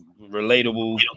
relatable